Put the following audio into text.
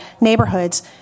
neighborhoods